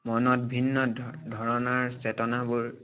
মনত ভিন্ন ধ ধৰণৰ চেতনাবোৰ